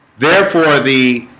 therefore the